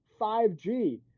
5G